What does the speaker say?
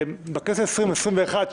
בכנסת העשרים ואחת,